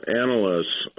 analysts